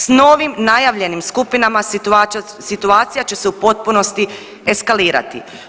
S novim najavljenim skupinama situacija će se u potpunosti eskalirati.